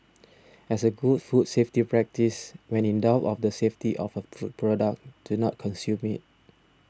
as a good food safety practice when in doubt of the safety of a food product do not consume it